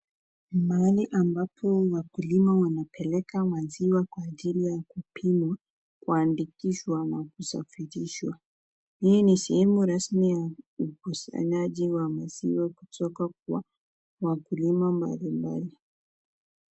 Mahali ambapo wakulima wanapeleka maziwa kwa ajili ya kupimwa, kuandikishwa na kusafirishwa. Hii ni sehemu rasmi ya ukusanyaji wa maziwa kutoka kwa wakulima mbalimbali.